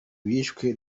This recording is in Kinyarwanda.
bishwe